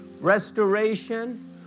restoration